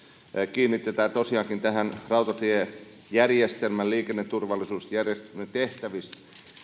kiinnitetään tosiaankin huomiota rautatiejärjestelmän liikenneturvallisuustehtävissä